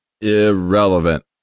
Irrelevant